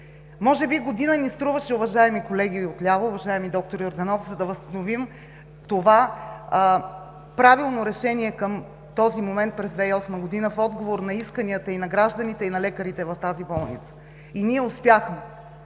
Може би година ни струваше, уважаеми колеги отляво, уважаеми доктор Йорданов, за да възстановим това правилно решение към този момент през 2008 г. в отговор на исканията и на гражданите, и на лекарите в тази болница. И ние успяхме!